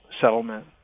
settlement